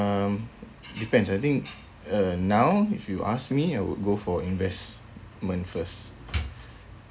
um depends I think uh now if you ask me I would go for investment first